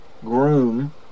groom